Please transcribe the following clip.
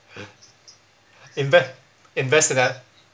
inve~ invest in that